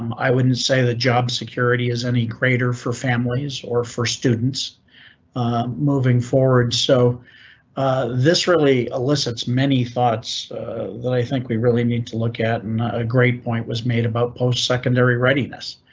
i wouldn't say the job security is any greater for families or for students moving forward. so this really elicits many thoughts that i think we really need to look at, and a great point was made about postsecondary readiness.